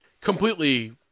completely